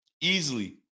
easily